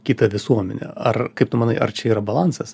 kitą visuomenę ar kaip tu manai ar čia yra balansas